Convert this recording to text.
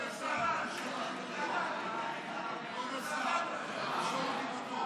אנחנו עוברים לנושא הבא על סדר-היום.